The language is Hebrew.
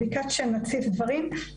ביקשת שנציף דברים,